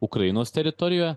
ukrainos teritorijoje